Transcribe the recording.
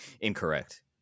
incorrect